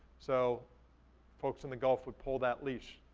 so folks in the gulf would pull that leash.